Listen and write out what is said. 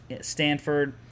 Stanford